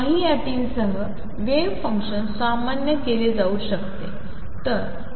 काही अटीसह wave functions सामान्य केले जाऊ शकते